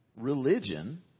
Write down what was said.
Religion